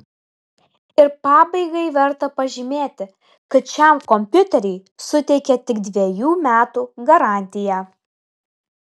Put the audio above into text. ir pabaigai verta pažymėti kad šiam kompiuteriui suteikia tik dvejų metų garantiją